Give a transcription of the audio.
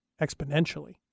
exponentially